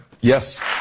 Yes